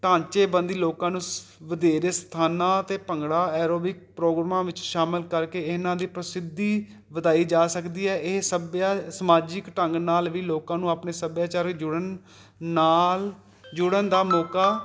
ਢਾਂਚੇਬੰਦੀ ਲੋਕਾਂ ਨੂੰ ਸ ਵਧੇਰੇ ਸਥਾਨਾਂ ਅਤੇ ਭੰਗੜਾ ਐਰੋਬਿਕ ਪ੍ਰੋਬਲਮਾਂ ਵਿੱਚ ਸ਼ਾਮਿਲ ਕਰਕੇ ਇਹਨਾਂ ਦੀ ਪ੍ਰਸਿੱਧੀ ਵਧਾਈ ਜਾ ਸਕਦੀ ਹੈ ਇਹ ਸੱਭਿਆ ਸਮਾਜਿਕ ਢੰਗ ਨਾਲ ਵੀ ਲੋਕਾਂ ਨੂੰ ਆਪਣੇ ਸੱਭਿਆਚਾਰ ਜੁੜਨ ਨਾਲ ਜੁੜਨ ਦਾ ਮੌਕਾ